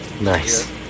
Nice